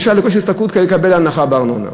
הדרישה למיצוי כושר השתכרות כדי לקבל הנחה בארנונה,